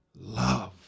Love